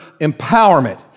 empowerment